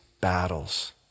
battles